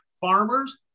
farmers